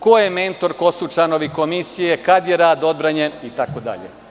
Ko je mentor, ko su članovi komisije, kada je rad odbranjen itd.